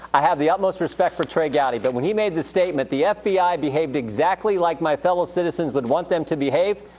i have the utmost respect for trey gowdy but when he made this statement, the fbi behaved exactly like my fellow citizens would want them to behave.